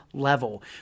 level